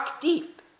deep